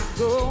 go